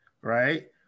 right